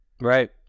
Right